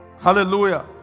Hallelujah